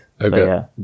Okay